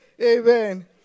Amen